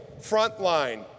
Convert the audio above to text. Frontline